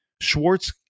Schwartz